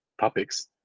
topics